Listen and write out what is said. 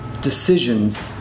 decisions